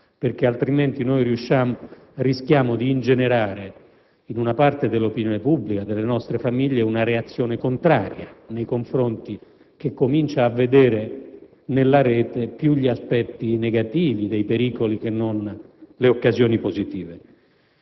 libertà, altrimenti rischiamo d'ingenerare in una parte dell'opinione pubblica e delle nostre famiglie una reazione contraria, che comincia a vedere nella Rete più gli aspetti negativi e i pericoli che non le occasioni positive.